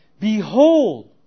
Behold